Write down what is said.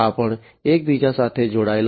આ પણ એકબીજા સાથે જોડાયેલા છે